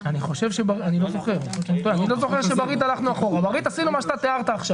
אני לא זוכר שב-ריט הלכנו אחורה.